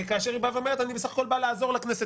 כאשר היא באה ואומרת: אני בסך הכול באה לעזור לכנסת.